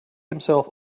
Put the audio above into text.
himself